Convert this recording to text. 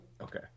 Okay